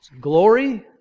Glory